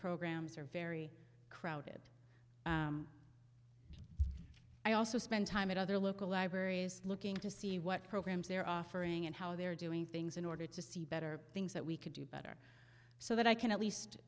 programs are very crowded i also spend time at other local libraries looking to see what programs they're offering and how they're doing things in order to see better things that we could do better so that i can at least